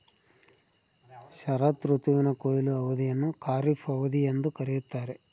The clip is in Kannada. ಶರತ್ ಋತುವಿನ ಕೊಯ್ಲು ಅವಧಿಯನ್ನು ಖಾರಿಫ್ ಅವಧಿ ಎಂದು ಕರೆಯುತ್ತಾರೆ